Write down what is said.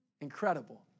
Incredible